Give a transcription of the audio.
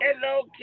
Hello